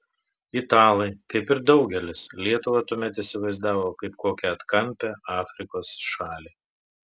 italai kaip ir daugelis lietuvą tuomet įsivaizdavo kaip kokią atkampią afrikos šalį